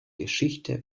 geschichte